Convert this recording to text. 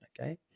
okay